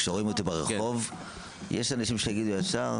כשרואים אותי ברחוב יש אנשים שיגידו ישר